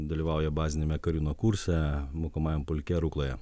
dalyvauja baziniame kariūno kurse mokomajam pulke rukloje